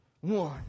one